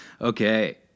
Okay